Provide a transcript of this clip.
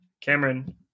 cameron